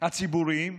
הציבוריים,